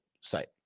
site